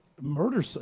murder